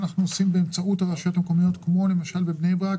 באמצעות הרשויות המקומיות, כמו למשל בבני ברק,